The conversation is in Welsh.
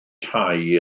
tai